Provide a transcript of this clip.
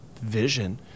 vision